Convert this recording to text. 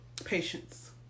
patience